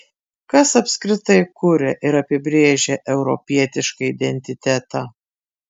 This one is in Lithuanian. kas apskritai kuria ir apibrėžia europietišką identitetą